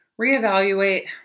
reevaluate